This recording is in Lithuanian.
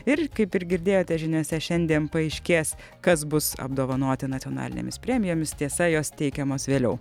ir kaip ir girdėjote žiniose šiandien paaiškės kas bus apdovanoti nacionalinėmis premijomis tiesa jos teikiamos vėliau